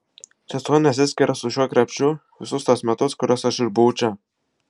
sesuo nesiskiria su šiuo krepšiu visus tuos metus kuriuos aš išbuvau čia